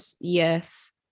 Yes